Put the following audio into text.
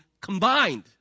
combined